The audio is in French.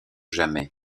jamais